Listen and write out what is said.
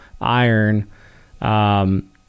iron